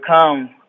come